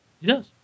Yes